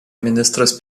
ministras